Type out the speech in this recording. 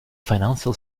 financial